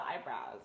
eyebrows